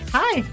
hi